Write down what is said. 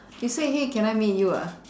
you said !hey! can I meet you ah